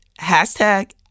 Hashtag